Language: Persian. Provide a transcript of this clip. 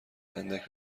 اندک